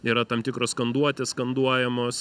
yra tam tikros skanduotės skanduojamos